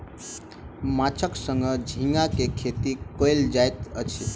माँछक संग झींगा के खेती कयल जाइत अछि